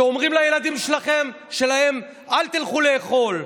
שאומרים לילדים שלהם אל תלכו לאכול,